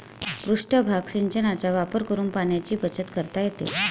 पृष्ठभाग सिंचनाचा वापर करून पाण्याची बचत करता येते